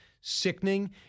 Sickening